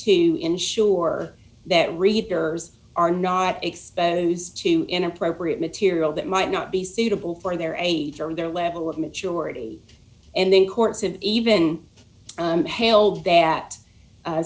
to ensure that readers are not exposed to inappropriate material that might not be suitable for their age or their level of maturity and then courts and even i'm hailed that